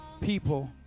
people